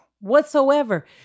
Whatsoever